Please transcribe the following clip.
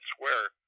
Square